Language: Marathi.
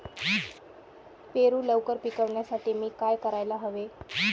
पेरू लवकर पिकवण्यासाठी मी काय करायला हवे?